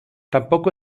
tampoco